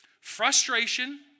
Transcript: Frustration